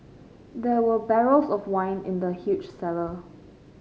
there were barrels of wine in the huge cellar